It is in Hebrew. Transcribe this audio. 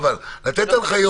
אבל לתת הנחיות.